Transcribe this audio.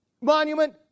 monument